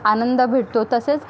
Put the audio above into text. आनंद भेटतो तसेच